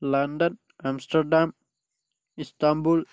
London Amsterdam Istanbul